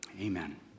Amen